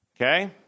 Okay